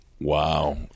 Wow